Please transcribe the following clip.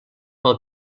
pel